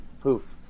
poof